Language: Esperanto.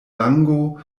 lango